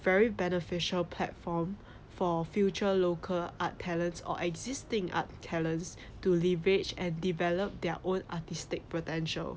very beneficial platform for future local art talents or existing art challenge to leverage and develop their own artistic potential